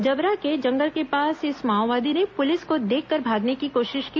जबरा के जंगल के पास इस माओवादी माओवादी ने पुलिस को देखकर भागने की कोशिश की